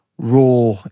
raw